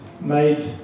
made